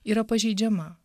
yra pažeidžiama